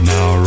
Now